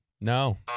No